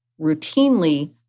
routinely